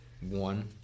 one